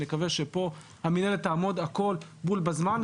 נקווה שכאן המינהלת תעמוד על הכול בול בזמן.